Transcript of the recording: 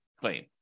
claim